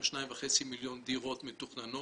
כשניים עד שניים וחצי מיליון דירות מתוכננות,